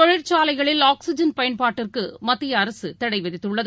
தொழிற்சாலைகளின் oxygen பயன்பாட்டிற்குமத்தியஅரசுதடைவிதித்துள்ளது